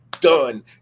done